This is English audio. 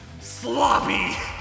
sloppy